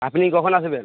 আপনি কখন আসবেন